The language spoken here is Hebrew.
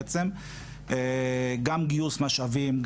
גם גיוס משאבים,